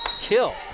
kill